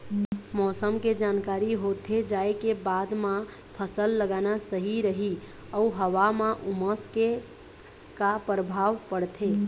मौसम के जानकारी होथे जाए के बाद मा फसल लगाना सही रही अऊ हवा मा उमस के का परभाव पड़थे?